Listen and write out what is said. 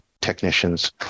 technicians